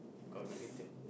got related